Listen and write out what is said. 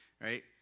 right